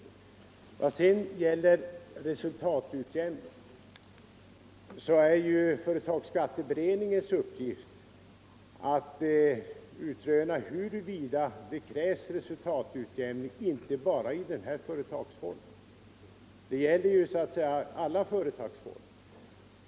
I vad sedan gäller resultatutjämningen är ju företagsskatteberedningens uppgift att utröna huruvida det krävs resultatutjämning inte bara i denna utan i alla företagsformer.